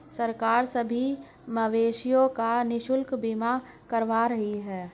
सरकार सभी मवेशियों का निशुल्क बीमा करवा रही है